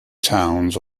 towns